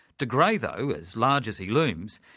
de grey though, as large as he looms,